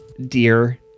Dear